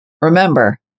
Remember